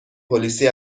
پلیسی